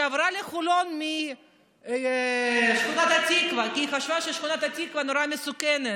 שעברה לחולון משכונת התקווה כי היא חשבה ששכונת התקווה נורא מסוכנת.